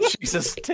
Jesus